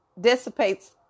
dissipates